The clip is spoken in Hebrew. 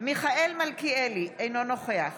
מיכאל מלכיאלי, אינו נוכח